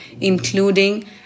including